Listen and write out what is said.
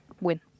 win